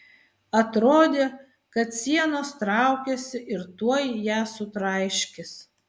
atrodė kad sienos traukiasi ir tuoj ją sutraiškys